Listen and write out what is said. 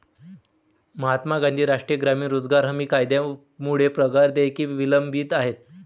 महात्मा गांधी राष्ट्रीय ग्रामीण रोजगार हमी कायद्यामुळे पगार देयके विलंबित आहेत